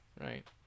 right